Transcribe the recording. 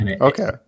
Okay